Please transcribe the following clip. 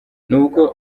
nubwo